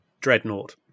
Dreadnought